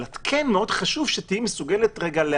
אבל כן חשוב מאוד שתהיי מסוגלת להבין,